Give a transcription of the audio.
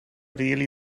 really